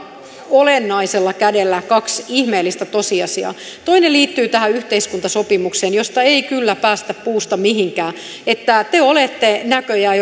olennaisella kädellä kaksi ihmeellistä tosiasiaa toinen liittyy tähän yhteiskuntasopimukseen josta ei kyllä päästä puusta mihinkään te olette näköjään